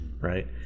right